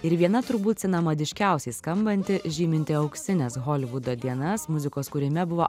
ir viena turbūt senamadiškiausiai skambanti žyminti auksines holivudo dienas muzikos kūrime buvo